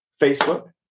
Facebook